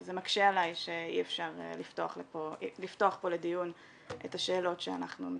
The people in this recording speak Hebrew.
זה מקשה עליי שאי אפשר לפתוח פה לדיון את השאלות שאנחנו מציגים,